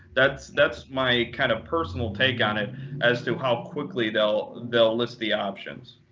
that's that's my kind of personal take on it as to how quickly they'll they'll list the options.